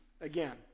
again